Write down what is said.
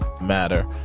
matter